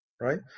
right